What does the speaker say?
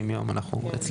אנחנו נצליח.